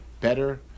better